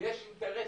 יש אינטרסים.